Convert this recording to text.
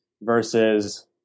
versus